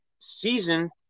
season